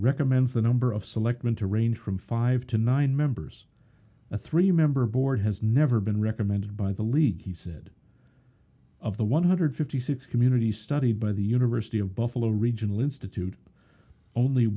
recommends the number of selectmen to range from five to nine members a three member board has never been recommended by the league he said of the one hundred fifty six community studied by the university of buffalo regional institute only